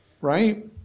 Right